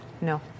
No